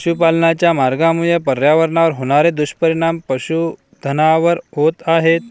पशुपालनाच्या मार्गामुळे पर्यावरणावर होणारे दुष्परिणाम पशुधनावर होत आहेत